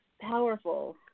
powerful